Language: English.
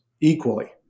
equally